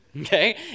okay